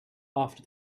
after